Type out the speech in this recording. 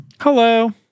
Hello